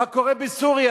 מה קורה בסוריה,